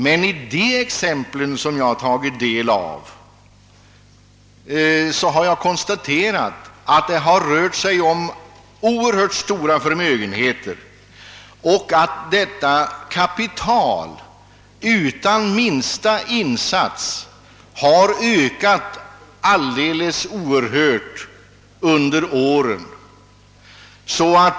Men när jag trängt in i dessa exempel har jag konstaterat att det rört sig om mycket stora förmögenheter och att kapitalet, utan minsta insats, har ökat synnerligen kraftigt under åren.